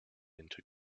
into